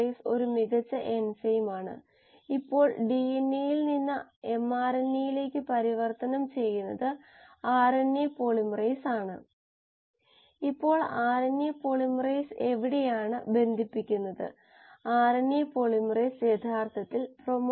പിന്നെ നമ്മൾ എൻസൈം കണ്ടു നമ്മൾ എൻസൈം ചലനാത്മകത മൈക്കിളിസ് മെന്റൻ എൻസൈം ചലനാത്മകം എന്നിവ നോക്കി